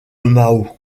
mao